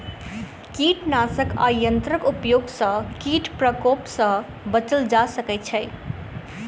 कीटनाशक आ यंत्रक उपयोग सॅ कीट प्रकोप सॅ बचल जा सकै छै